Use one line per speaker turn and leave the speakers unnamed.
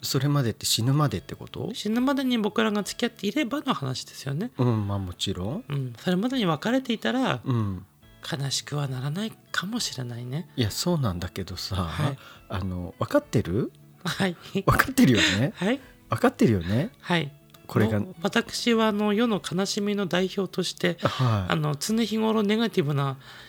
それまでって死ぬまでってこと？
死ぬまでに僕らが付き合っていればの話ですよね。
うん、まあもちろん。
うん。それまでに別れていたら、
うん。
悲しくはならないかもしれないね。
いや、そうなんだけどさ、
はい。
あの、分かってる？
はい。
分かってるよね？
はい。
分かってるよね？
はい。
これが。
もう、私はあの、世の悲しみの代表として、
はい。
あの、常日頃ネガティブな